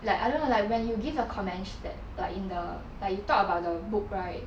like I don't wanna like when you give your comments that like in the like you talk about the book right